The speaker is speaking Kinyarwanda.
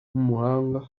w’umuhanga